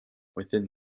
within